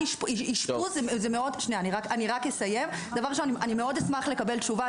אני מאוד אשמח לקבל תשובה,